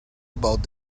about